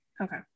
Okay